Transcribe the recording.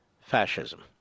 fascism